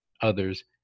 others